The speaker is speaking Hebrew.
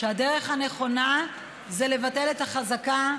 שהדרך הנכונה זה לבטל את החזקה,